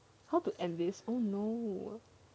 how to end this oh no